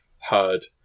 heard